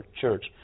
church